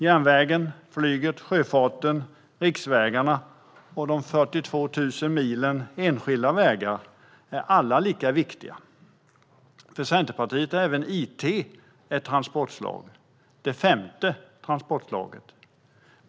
Järnvägen, flyget, sjöfarten, riksvägarna och de 42 000 milen enskilda vägar är alla lika viktiga. För Centerpartiet är även it ett transportslag - det femte transportslaget.